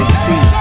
see